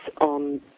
on